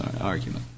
argument